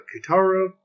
Kutaro